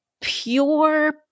pure